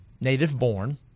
native-born